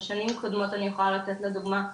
בשנים קודמות אני יכולה לתת לדוגמא,